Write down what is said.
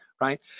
right